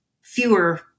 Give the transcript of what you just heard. fewer